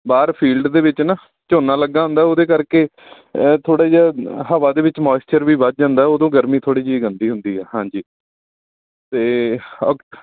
ਬਾਹਰ ਫੀਲਡ ਦੇ ਵਿੱਚ ਨਾ ਝੋਨਾ ਲੱਗਾ ਹੁੰਦਾ ਉਹਦੇ ਕਰਕੇ ਥੋੜ੍ਹਾ ਜਿਹਾ ਹਵਾ ਦੇ ਵਿੱਚ ਮੋਇਸਚਰ ਵੀ ਵੱਧ ਜਾਂਦਾ ਉਦੋਂ ਗਰਮੀ ਥੋੜ੍ਹੀ ਜਿਹੀ ਗੰਦੀ ਹੁੰਦੀ ਆ ਹਾਂਜੀ ਅਤੇ ਔਕ